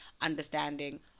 understanding